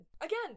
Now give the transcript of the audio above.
Again